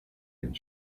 and